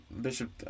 bishop